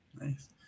Nice